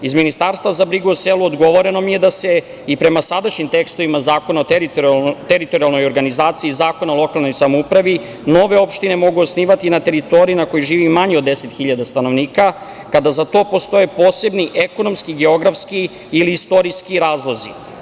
Iz Ministarstva za brigu o selu odgovoreno mi je da se i prema sadašnjim tekstovima Zakona o teritorijalnoj organizaciji, Zakona o lokalnoj samoupravi nove opštine mogu osnivati na teritoriji na kojoj živi manje od 10.000 stanovnika, kada za to postoje posebni ekonomski, geografski ili istorijski razlozi.